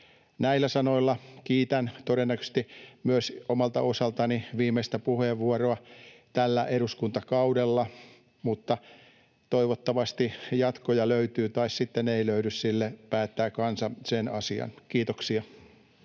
Näillä sanoilla kiitän ja käytän todennäköisesti myös omalta osaltani viimeistä puheenvuoroa tällä eduskuntakaudella, mutta toivottavasti jatkoja löytyy, tai sitten ei löydy — sen asian päättää kansa. — Kiitoksia.